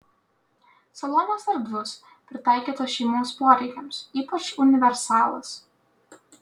salonas erdvus pritaikytas šeimos poreikiams ypač universalas